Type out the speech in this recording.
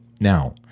Now